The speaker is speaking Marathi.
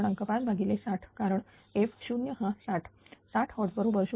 5 भागिले 60 कारण f0 हा 60 60Hz बरोबर